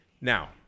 Now